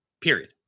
period